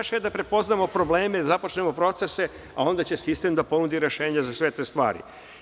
Naše je da prepoznamo probleme, započnemo procese, a onda će sistem da ponudi rešenje za sve te stvari.